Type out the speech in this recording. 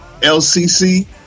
LCC